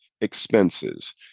expenses